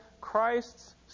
Christ's